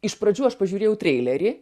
iš pradžių aš pažiūrėjau treilerį